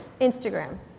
Instagram